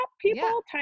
people